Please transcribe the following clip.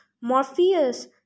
Morpheus